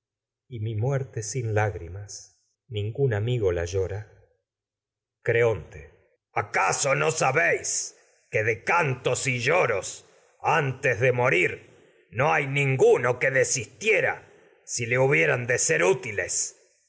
y mi muer te sin lágrimas ningún amigo la llora creonte antes acaso no no sabéis que de cantos y lloros de morir hay ninguno que os que desistiera si le hu en bieran de ser útiles